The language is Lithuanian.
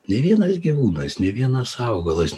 nė vienas gyvūnas nė vienas augalas